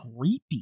creepy